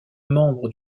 membres